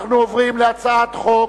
43 בעד,